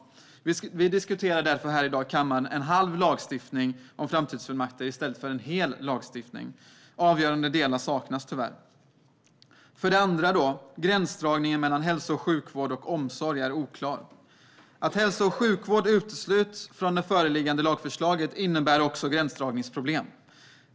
Vi diskuterar därför i dag en halv lagstiftning om framtidsfullmakter i stället för en hel. Avgörande delar saknas tyvärr. För det andra är gränsdragningen mellan hälso och sjukvård och omsorg oklar. Att hälso och sjukvård utesluts från det föreliggande lagförslaget innebär också gränsdragningsproblem.